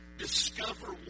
Discover